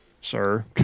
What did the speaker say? sir